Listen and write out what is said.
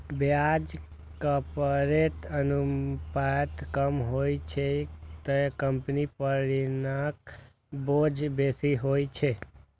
ब्याज कवरेज अनुपात कम होइ छै, ते कंपनी पर ऋणक बोझ बेसी होइ छै